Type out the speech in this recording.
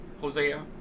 Hosea